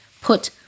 put